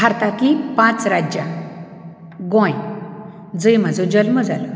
भारतांतलीं पांच राज्यां गोंय जंय म्हजो जल्म जालो